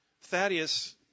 Thaddeus